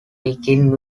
begins